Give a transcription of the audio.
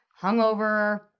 hungover